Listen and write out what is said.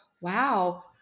Wow